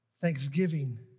Thanksgiving